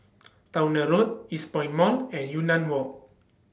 Towner Road Eastpoint Mall and Yunnan Walk